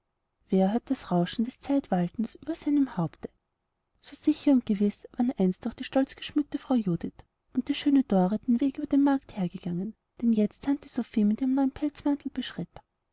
wer hört das rauschen des zeitwaltens über seinem haupte so sicher und gewiß waren einst auch die stolzgeschmückte frau judith und die schöne dore den weg über den markt hergegangen den jetzt tante sophie in ihrem neuen pelzmantel beschritt